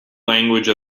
language